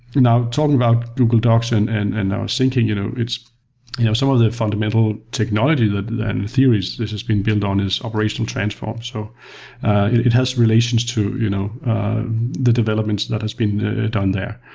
you know talking about google docs and and and syncing, you know it's you know some of the fundamental technology and theories this has been built on is operational transform. so it has relations to you know the developments that has been done there.